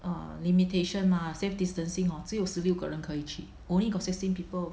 ah limitation mah safe distancing hor 只有十六个人可以去 only got sixteen people